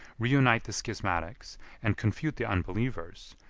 reunite the schismatics, and confute the unbelievers,